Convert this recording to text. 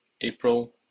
April